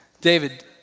David